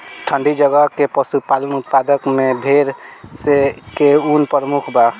ठंडी जगह के पशुपालन उत्पाद में भेड़ स के ऊन प्रमुख बा